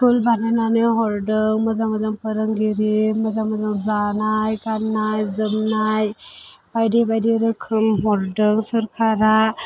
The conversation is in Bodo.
स्कुल बानायनानै हरदों मोजां मोजां फोरोंगिरि मोजां मोजां जानाय गाननाय जोमनाय बायदि बायदि रोखोम हरदों सोरखारा